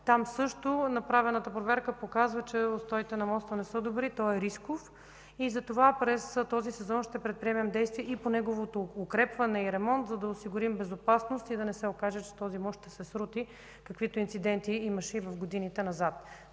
Там също направената проверка показва, че устоите на моста не са добри, той е рисков и затова през този сезон ще предприемем действия по неговото укрепване и ремонт, за да осигурим безопасност и да не се окаже, че този мост ще се срути, каквито инциденти имаше и в годините назад.